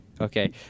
Okay